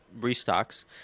restocks